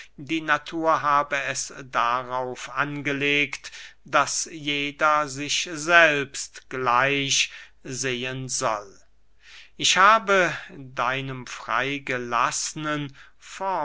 die natur habe es darauf angelegt daß jeder sich selbst gleich sehen soll ich habe deinem